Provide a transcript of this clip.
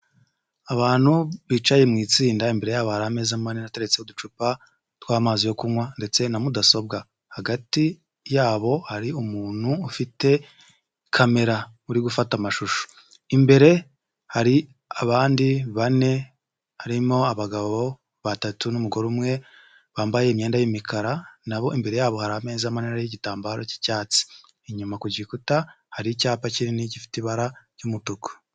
Abantu bicaye mu itsinda imbere yabo ameza ateretseho uducupa t tw'amazi yo kunywa ndetse na mudasobwa, hagati yabo hari umuntu ufite kamera uri gufata amashusho, imbere hari abandi bane harimo abagabo batatu n'umugore umwe bambaye imyenda y'imukara nabo imbere yabo hari ameza manini y'igitambaro cy'icyatsi inyuma ku gikuta hari icyapa kinini gifite ibara ry'umutuku.